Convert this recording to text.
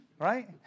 Right